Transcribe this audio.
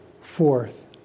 Fourth